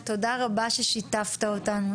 תודה רבה על כך ששיתפת אותנו,